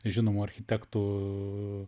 žinomų architektų